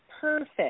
Perfect